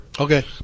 Okay